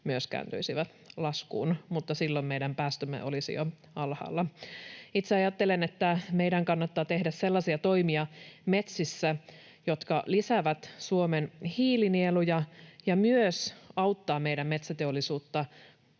myös kääntyisivät laskuun, mutta silloin meidän päästömme olisivat jo alhaalla. Itse ajattelen, että meidän kannattaa tehdä metsissä sellaisia toimia, jotka lisäävät Suomen hiilinieluja ja myös auttavat meidän metsäteollisuutta